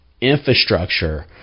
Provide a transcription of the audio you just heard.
infrastructure